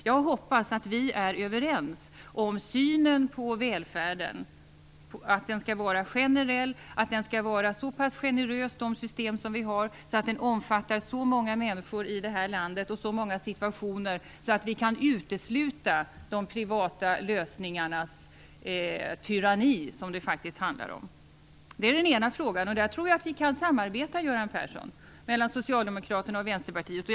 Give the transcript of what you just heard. Jag hoppas att vi är överens om synen på välfärden, dvs. att den skall vara generell och att de system som vi har skall vara så pass generösa att de omfattar så många människor i detta land och så många situationer att vi kan utesluta de privata lösningarnas tyranni, som det faktiskt handlar om. Det är den ena frågan. Där tror jag att Socialdemokraterna och Vänsterpartiet kan samarbeta, Göran Persson.